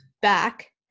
back